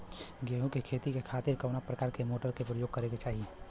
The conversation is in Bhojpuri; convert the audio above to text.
गेहूँ के खेती के खातिर कवना प्रकार के मोटर के प्रयोग करे के चाही?